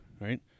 Right